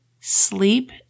sleep